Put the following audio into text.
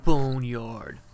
Boneyard